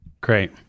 Great